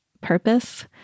purpose